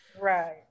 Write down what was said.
Right